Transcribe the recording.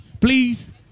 Please